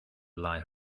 ally